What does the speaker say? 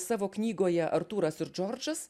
savo knygoje artūras ir džordžas